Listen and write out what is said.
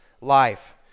life